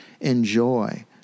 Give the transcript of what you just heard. enjoy